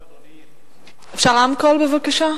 בבקשה.